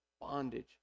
bondage